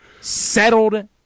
settled